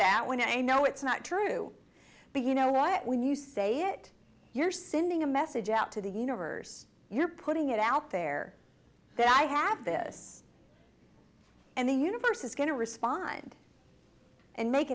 that when i know it's not true but you know what when you say it you're sending a message out to the universe you're putting it out there that i have this and the universe is going to respond and make